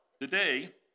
Today